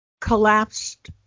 collapsed